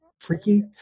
Freaky